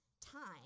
time